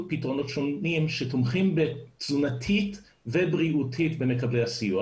פתרונות שונים שתומכים תזונתית ובריאותית במקבלי הסיוע